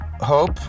Hope